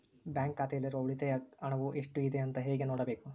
Bank ಖಾತೆಯಲ್ಲಿರುವ ಉಳಿತಾಯ ಹಣವು ಎಷ್ಟುಇದೆ ಅಂತ ಹೇಗೆ ನೋಡಬೇಕು?